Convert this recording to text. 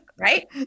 Right